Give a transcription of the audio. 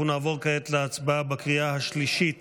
אנחנו נעבור כעת להצבעה בקריאה השלישית